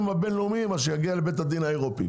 הבינלאומיים - שיגיע לבית הדין האירופי.